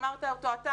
אמרת אותו אתה,